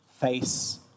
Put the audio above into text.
Face